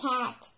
Cat